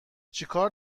چیکار